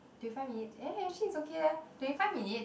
twenty five minutes eh actually it's okay leh twenty five minutes